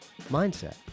mindset